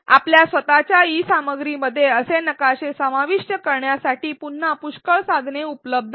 आपल्या स्वतच्या ई शिक्षण सामग्रीमध्ये असे नकाशे समाविष्ट करण्यासाठी पुन्हा पुष्कळ साधने उपलब्ध आहेत